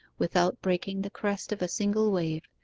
without breaking the crest of a single wave,